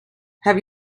have